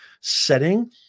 setting